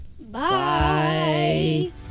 Bye